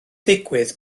digwydd